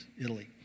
Italy